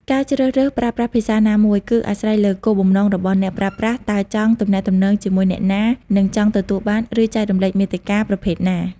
ការជ្រើសរើសប្រើប្រាស់ភាសាណាមួយ គឺអាស្រ័យលើគោលបំណងរបស់អ្នកប្រើប្រាស់ តើចង់ទំនាក់ទំនងជាមួយអ្នកណា និងចង់ទទួលបាន ឬចែករំលែកមាតិកាប្រភេទណា។